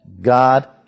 God